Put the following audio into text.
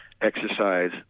exercise